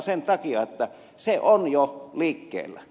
sen takia että se on jo liikkeellä